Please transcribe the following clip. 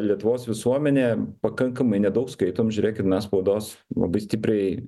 lietuvos visuomenė pakankamai nedaug skaitom žiūrėkit mes spaudos labai stipriai